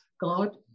God